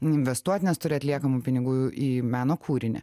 investuot nes turi atliekamų pinigų į meno kūrinį